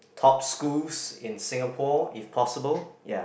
top schools in Singapore if possible ya